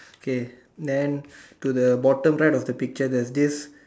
okay then to the bottom right of the picture there's this